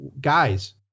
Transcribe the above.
guys